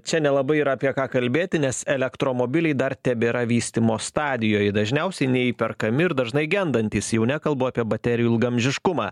čia nelabai yra apie ką kalbėti nes elektromobiliai dar tebėra vystymo stadijoj dažniausiai neįperkami ir dažnai gendantys jau nekalbu apie baterijų ilgaamžiškumą